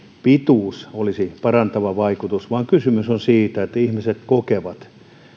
pituudella olisi parantava vaikutus vaan kysymys on siitä että ihmiset kokevat